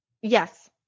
Yes